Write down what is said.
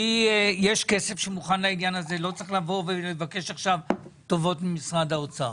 יש כסף שמוכן לעניין הזה ולא צריך לבוא ולבקש עכשיו טובות ממשרד האוצר.